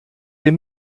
den